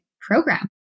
Program